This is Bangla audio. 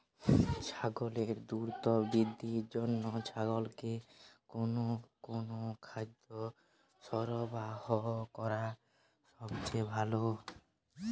ছাগলের দ্রুত বৃদ্ধির জন্য ছাগলকে কোন কোন খাদ্য সরবরাহ করা সবচেয়ে ভালো?